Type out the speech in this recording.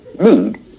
need